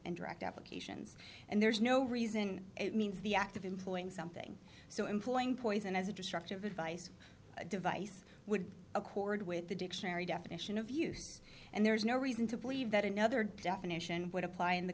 and direct applications and there's no reason it means the act of employing something so employing poison as a destructive device device would accord with the dictionary definition of use and there is no reason to believe that another definition would apply in the